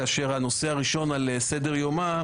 כאשר הנושא הראשון על סדר-יומה,